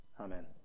Amen